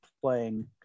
playing